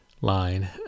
line